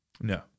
No